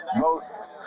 votes